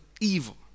evil